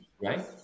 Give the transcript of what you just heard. right